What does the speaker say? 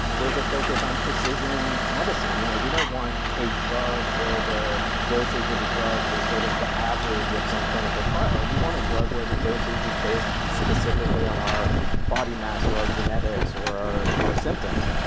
there's a focus on precision medicine. you know we don't want a drug where the dosage of the drug was sort of the average of some clinical trial. we want a drug where the dosage is based specifically on our body mass, or our genetics, or our our symptoms.